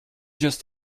just